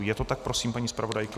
Je to tak, prosím, paní zpravodajko?